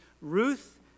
Ruth